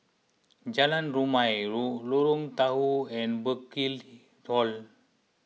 Jalan Rumia Lorong Tahar and Burkill Hall